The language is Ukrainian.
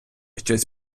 щось